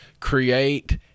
Create